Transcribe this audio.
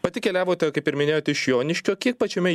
pati keliavote kaip ir minėjot iš joniškio kiek pačiame